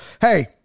hey